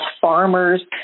farmers